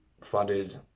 funded